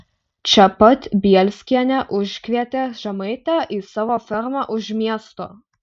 čia pat bielskienė užkvietė žemaitę į savo fermą už miesto